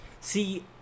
See